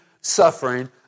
suffering